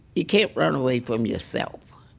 you can't run away from yourself.